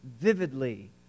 vividly